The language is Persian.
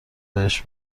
بهش